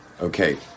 okay